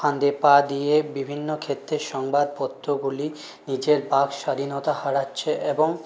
ফাঁদে পা দিয়ে বিভিন্ন ক্ষেত্রে সংবাদপত্রগুলি নিজের বাক স্বাধীনতা হারাচ্ছে এবং